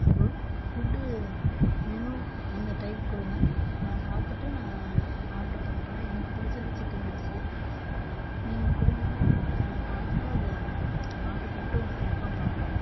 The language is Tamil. ஹலோ ஃபுட்டு மெனு அந்த டைப் கொடுங்க நான் பார்த்துட்டு நான் ஆர்ட்ரு பண்ணுறேன் எனக்கு பிடிச்சது சிக்கன் ரைஸு நீங்கள் கொடுங்க நான் பார்த்துட்டு அத ஆர்ட்ரு பண்ணிவிட்டு உனக்கு கான்ஃபர்ம் பண்ணுறேன்